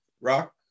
rock